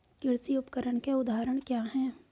कृषि उपकरण के उदाहरण क्या हैं?